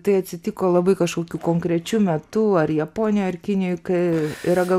tai atsitiko labai kažkokiu konkrečiu metu ar japonijoje ar kinijoj kai yra gal